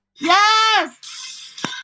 Yes